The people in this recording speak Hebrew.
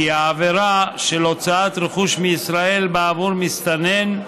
כי העבירה של הוצאת רכוש מישראל בעבור מסתנן,